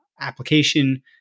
application